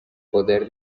poder